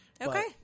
okay